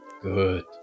Good